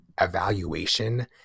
evaluation